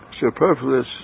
superfluous